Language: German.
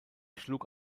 schlug